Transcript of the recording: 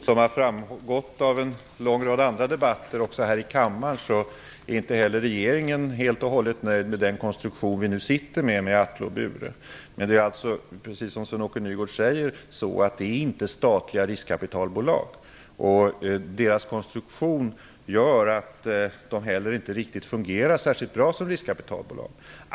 Fru talman! Som har framgått av en lång rad andra debatter också här i kammaren är inte heller regeringen helt och hållet nöjd med den konstruktion som vi har med Atle och Bure. Men precis som Sven-Åke Nygårds säger är de inte statliga riskkapitalbolag. Deras konstruktion gör att de heller inte fungerar särskilt bra som riskkapitalbolag.